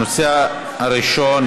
הנושא הראשון,